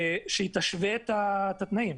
שתשווה את התנאים.